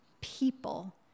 people